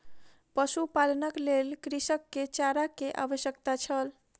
पशुपालनक लेल कृषक के चारा के आवश्यकता छल